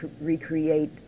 recreate